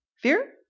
Fear